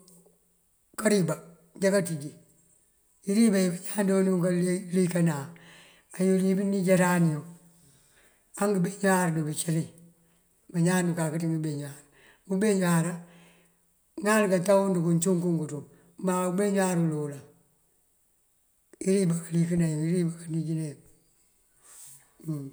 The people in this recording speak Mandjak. kariba, njá kancíji. Iriba yuyi bañaan doonkalikëna ayël yuyi bañaan doonkannijëran angëbeñuwar ruwee cëli abañaan dukak ţí ngëbañuwar. Ubeñuwar ulolan ŋal katookun cumënkunk má ubeñuwar lolan iriba kalikënayun kanijar.